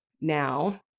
Now